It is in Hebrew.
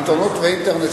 עיתונות ואינטרנט,